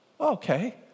okay